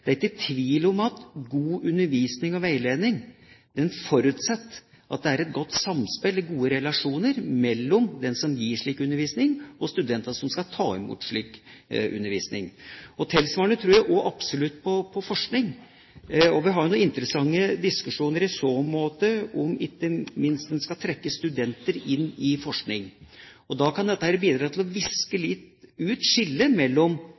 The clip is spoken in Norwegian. er ikke tvil om at god undervisning og veiledning forutsetter at det er et godt samspill, gode relasjoner, mellom den som gir slik undervisning, og studentene som skal ta imot slik undervisning. Tilsvarende tror jeg også absolutt om forskning. Vi har jo noen interessante diskusjoner i så måte, ikke minst om en skal trekke studenter inn i forskning. Da kan dette bidra til å viske litt ut skillet mellom